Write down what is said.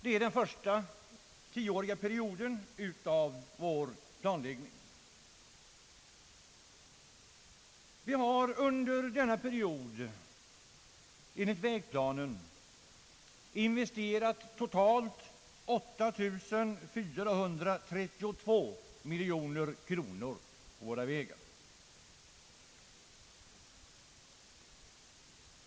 Det är den första tioåriga perioden av vår planläggning. Under denna period har enligt vägplanen investerats totalt 8 432 miljoner kronor i våra vägar.